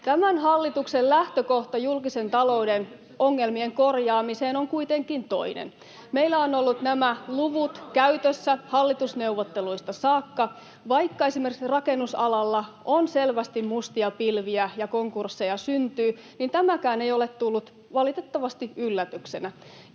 Tämän hallituksen lähtökohta julkisen talouden ongelmien korjaamiseen on kuitenkin toinen. Meillä ovat olleet nämä luvut käytössä hallitusneuvotteluista saakka, eli vaikka esimerkiksi rakennusalalla on selvästi mustia pilviä ja konkursseja syntyy, tämäkään ei ole tullut valitettavasti yllätyksenä.